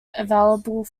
available